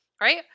right